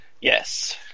Yes